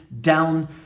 down